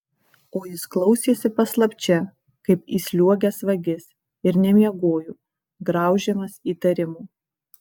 o jis klausėsi paslapčia kaip įsliuogęs vagis ir nemiegojo graužiamas įtarimų